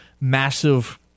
massive